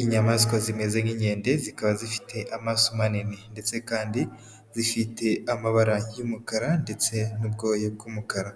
Inyamaswa zimeze nk'inkende zikaba zifite amaso manini ndetse kandi zifite amabara y'umukara ndetse n'ubwoya bw'umukara,